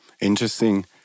Interesting